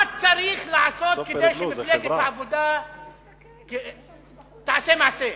מה צריך לעשות כדי שמפלגת העבודה תעשה מעשה?